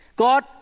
God